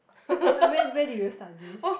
ah where where did you stdy